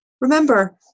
Remember